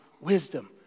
wisdom